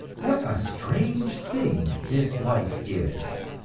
what a strange thing this life is!